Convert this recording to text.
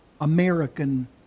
American